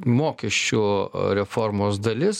mokesčių reformos dalis